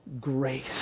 grace